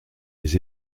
les